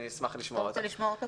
נשמח לשמוע את דעתך.